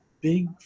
big